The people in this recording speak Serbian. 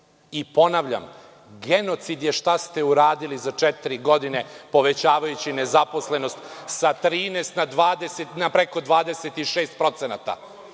Ponavljam, genocid je šta ste uradili za četiri godine, povećavajući nezaposlenost sa 13% na preko 26%. Genocid